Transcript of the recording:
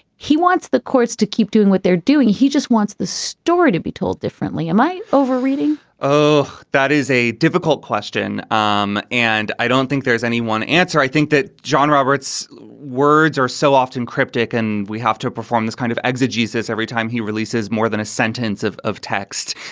he wants the courts to keep doing what they're doing. he just wants the story to be told differently in my overreading oh, that is a difficult question. um and i don't think there's any one answer. i think that john roberts words are so often cryptic and we have to perform this kind of exegesis every time he releases more than a sentence of of text.